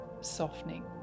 softening